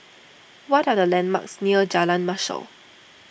what are the landmarks near Jalan Mashor